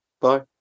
Bye